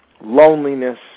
loneliness